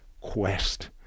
quest